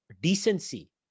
decency